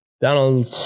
Donald